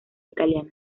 italiano